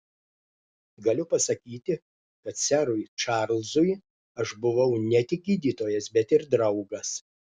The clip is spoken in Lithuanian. galiu pasakyti kad serui čarlzui aš buvau ne tik gydytojas bet ir draugas